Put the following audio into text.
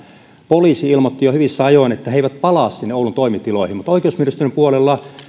poliisi ilmoitti jo hyvissä ajoin että he eivät palaa oulun toimitiloihin mutta oikeusministeriön puolella